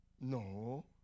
No